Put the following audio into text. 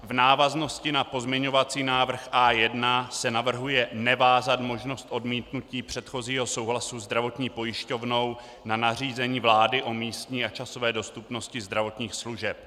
V návaznosti na pozměňovací návrh A1 se navrhuje nevázat možnost odmítnutí předchozího souhlasu zdravotní pojišťovnou na nařízení vlády o místní a časové dostupnosti zdravotních služeb.